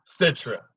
Citra